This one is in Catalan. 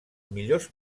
millors